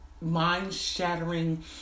mind-shattering